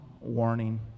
warning